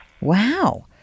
Wow